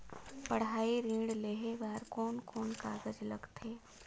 पढ़ाई ऋण लेहे बार कोन कोन कागज लगथे?